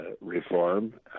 reform